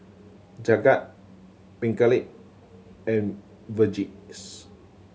Jagat Pingali and Verghese